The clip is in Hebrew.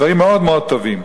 דברים מאוד טובים.